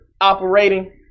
operating